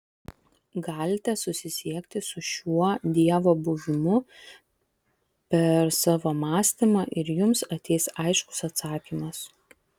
galite susisiekti su šiuo dievo buvimu per savo mąstymą ir jums ateis aiškus atsakymas